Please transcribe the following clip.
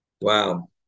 Wow